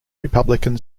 republican